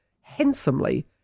handsomely